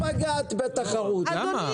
ההפניה היא לסעיף 14לו(ג) או (ה),